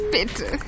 Bitte